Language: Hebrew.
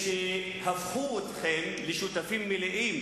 שהפכו אתכם לשותפים מלאים